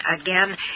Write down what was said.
again